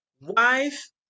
Wife